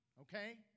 okay